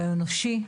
הוא מוקד אנושי.